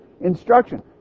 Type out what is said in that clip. Instruction